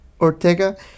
Ortega